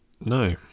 No